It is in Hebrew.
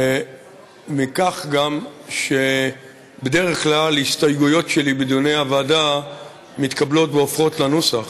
וגם מכך שבדרך כלל הסתייגויות שלי בדיוני הוועדה מתקבלות והופכות לנוסח,